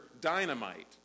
dynamite